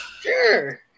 Sure